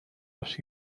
los